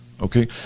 okay